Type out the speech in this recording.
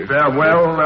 Farewell